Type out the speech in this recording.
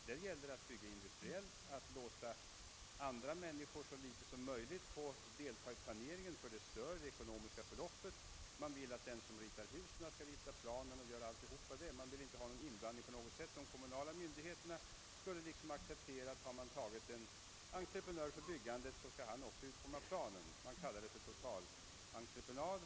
Det gäller här ett industrialiserat byggande, varvid man så litet som möjligt vill låta andra människor delta i planeringen, eftersom det verkar ekonomiskt störande. Man vill att den som projekterar husen också skall göra upp planer och allt annat; man vill inte på något sätt ha någon inblandning. De kommunala myndigheterna skulle liksom acceptera, att byggentreprenören också utformar planer; det kallas totalentreprenad.